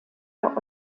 der